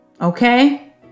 Okay